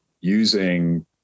using